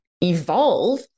evolve